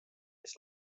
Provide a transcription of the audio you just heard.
mis